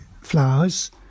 flowers